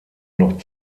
noch